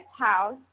house